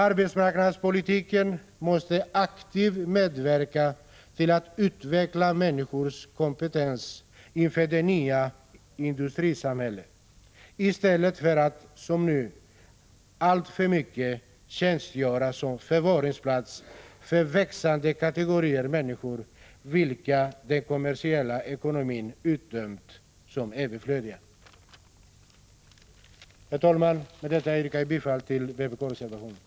Arbetsmarknadspolitiken måste aktivt medverka till att utveckla människors kompetens inför det nya industrisamhället i stället för att, som nu, alltför mycket tjänstgöra som förvaringsplats för växande kategorier människor, vilka den kommersiella ekonomin utdömt som överflödiga. Herr talman! Med detta yrkar jag bifall till vpk:s reservationer.